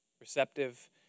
receptive